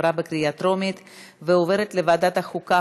לוועדת החוקה,